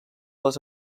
les